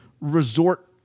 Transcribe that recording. resort